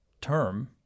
term